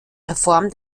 reform